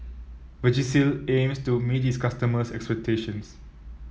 Vagisil aims to meet its customers' expectations